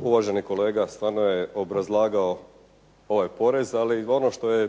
uvaženi kolega stvarno je obrazlagao ovaj porez, ali ono što je